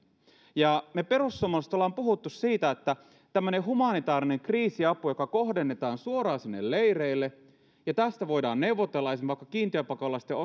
me perussuomalaiset olemme puhuneet siitä että olisi tämmöinen humanitaarinen kriisiapu joka kohdennetaan suoraan sinne leireille ja tästä voidaan neuvotella esimerkiksi vaikka kiintiöpakolaisten